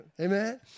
Amen